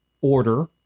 order